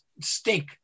stink